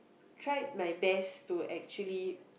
try my best to actually